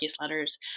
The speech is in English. letters